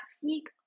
sneak